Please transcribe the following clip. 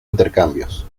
intercambios